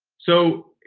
so,